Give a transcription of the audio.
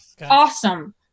awesome